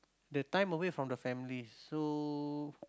the time away from the families so